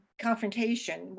confrontation